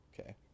okay